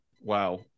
wow